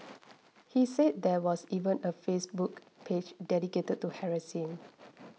he said there was even a Facebook page dedicated to harass him